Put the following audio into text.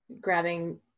grabbing